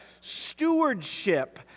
stewardship